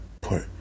put